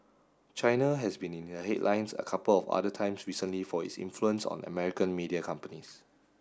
China has been in the headlines a couple of other times recently for its influence on American media companies